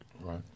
Right